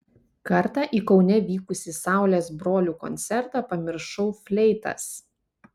kartą į kaune vykusį saulės brolių koncertą pamiršau fleitas